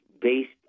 based